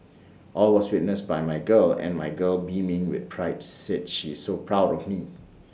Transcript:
all was witnessed by my girl and my girl beaming with pride said she is so proud of me